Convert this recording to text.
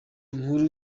inkuru